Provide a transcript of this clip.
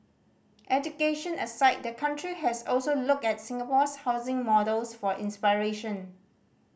education aside the country has also looked at Singapore's housing models for inspiration